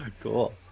Cool